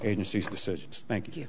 agencies decisions thank you